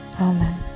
Amen